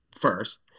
first